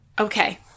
Okay